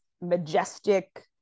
majestic